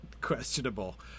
questionable